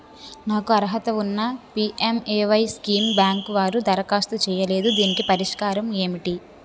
నాకు అర్హత ఉన్నా పి.ఎం.ఎ.వై స్కీమ్ బ్యాంకు వారు దరఖాస్తు చేయలేదు దీనికి పరిష్కారం ఏమిటి?